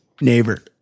Neighbor